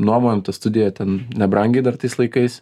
nuomojom tą studiją ten nebrangiai dar tais laikais